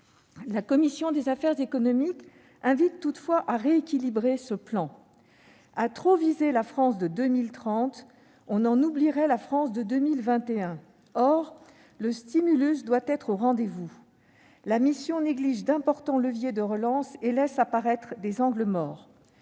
La commission des affaires économiques invite toutefois à rééquilibrer ce plan. À trop viser la France de 2030, on en oublierait la France de 2021 ; or le stimulus doit être au rendez-vous. La mission néglige d'importants leviers de relance et des angles morts